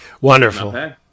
Wonderful